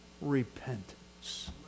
repentance